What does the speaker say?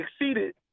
exceeded